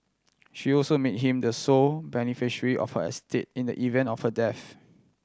she also made him the sole beneficiary of her estate in the event of her death